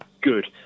good